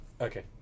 Okay